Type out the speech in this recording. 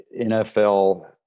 NFL